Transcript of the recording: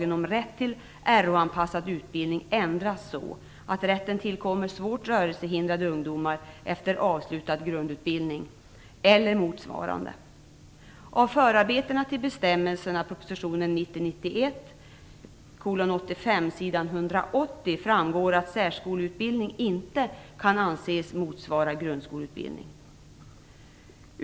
1990/91:85 s. 180, framgår att särskoleutbildning inte kan anses motsvara grundskoleutbildning.